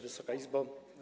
Wysoka Izbo!